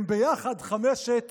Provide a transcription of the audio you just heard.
ביחד הם חמשת